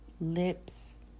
lips